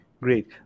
great